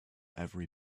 every